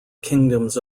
kingdoms